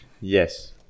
Yes